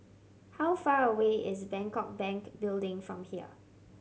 how far away is Bangkok Bank Building from here